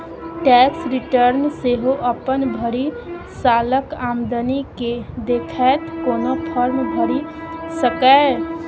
tax return सेहो अपन भरि सालक आमदनी केँ देखैत कोनो फर्म भरि सकैए